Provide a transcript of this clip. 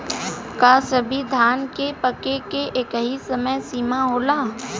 का सभी धान के पके के एकही समय सीमा होला?